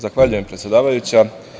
Zahvaljujem predsedavajuća.